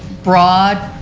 broad.